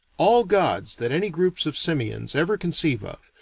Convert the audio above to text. all gods that any groups of simians ever conceive of,